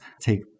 take